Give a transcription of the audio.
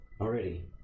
Already